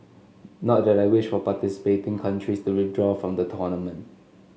not that I wish for participating countries to withdraw from the tournament